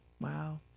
Wow